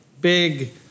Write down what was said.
big